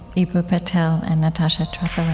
eboo patel and natasha